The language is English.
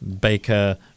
Baker